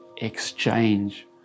exchange